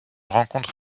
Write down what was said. rencontre